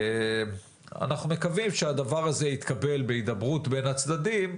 ואנחנו מקווים שהדבר הזה יתקבל בהידברות בין הצדדים,